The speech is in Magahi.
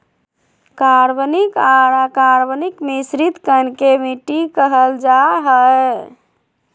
कार्बनिक आर अकार्बनिक मिश्रित कण के मिट्टी कहल जा हई